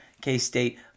K-State